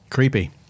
creepy